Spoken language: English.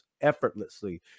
effortlessly